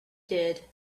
did